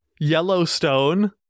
Yellowstone